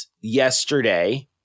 yesterday